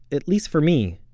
at least for me,